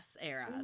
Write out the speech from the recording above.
era